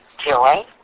Joy